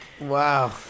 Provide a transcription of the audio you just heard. wow